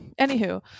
anywho